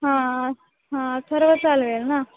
हां हां अथर्व चालवेल ना